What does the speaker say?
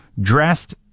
dressed